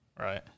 Right